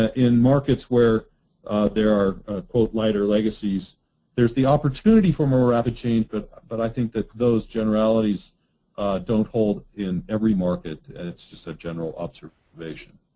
ah in markets where there are lighter legacies there is the opportunity for more rapid change but but i think that those generalities don't hold in every market. and it's just a general observation.